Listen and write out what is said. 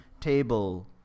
table